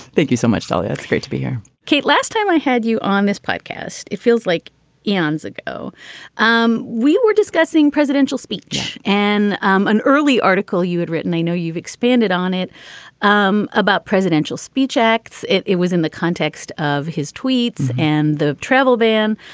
thank you so much, dalia. it's great to be here kate, last time i had you on this podcast, it feels like eons ago um we were discussing presidential speech and an early article you had written. i know you've expanded on it um about presidential speech acts. it it was in the context of his tweets and the travel ban.